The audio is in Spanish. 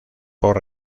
por